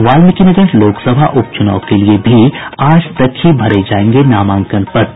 वाल्मिकीनगर लोकसभा उपचुनाव के लिए भी आज तक ही भरे जायेंगे नामांकन पत्र